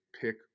pick